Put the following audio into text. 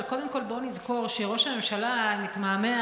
אבל קודם כול בוא נזכור שראש הממשלה התמהמה,